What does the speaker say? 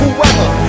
whoever